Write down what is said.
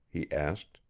he asked.